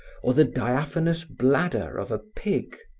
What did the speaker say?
or the diaphanous bladder of a pig.